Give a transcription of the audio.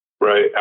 Right